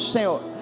Senhor